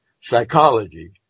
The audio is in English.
psychology